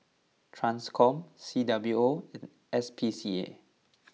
Transcom C W O and S P C A